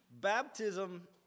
Baptism